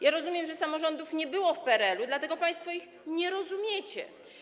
Ja rozumiem, że samorządów nie było w PRL-u, dlatego państwo ich nie rozumiecie.